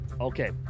okay